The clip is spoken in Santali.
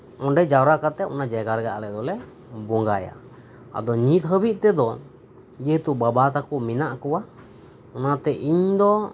ᱚᱸᱰᱮ ᱡᱟᱣᱨᱟ ᱠᱟᱛᱮ ᱚᱱᱟ ᱡᱟᱭᱜᱟ ᱨᱮᱜᱮ ᱟᱞᱮ ᱫᱚᱞᱮ ᱵᱚᱸᱜᱟᱭᱟ ᱟᱫᱚ ᱱᱤᱛ ᱦᱟᱹᱵᱤᱡ ᱛᱮᱫᱚ ᱡᱮ ᱦᱮᱛᱩ ᱵᱟᱵᱟ ᱛᱟᱠᱚ ᱢᱮᱱᱟᱜ ᱠᱚᱣᱟ ᱚᱱᱟᱛᱮ ᱤᱧ ᱫᱚ